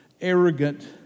arrogant